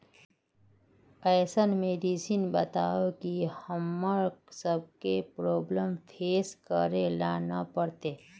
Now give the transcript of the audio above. ऐसन मेडिसिन बताओ जो हम्मर सबके प्रॉब्लम फेस करे ला ना पड़ते?